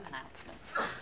announcements